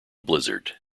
blizzard